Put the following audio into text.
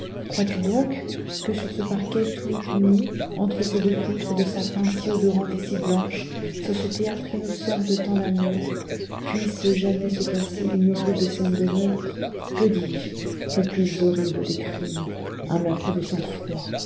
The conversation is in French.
crois-tu donc que sur ce parquet tout uni entre ces deux poutres de sapin si odorantes et si blanches sur ce théâtre innocent de tant d'amour puisse jamais se passer une horrible scène de meurtre que dis-je le plus horrible des crimes un meurtre de sang-froid